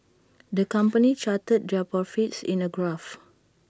the company charted their profits in A graph